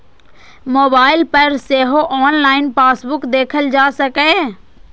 mobile पर सेहो online passbook देखल जा सकैए